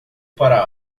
para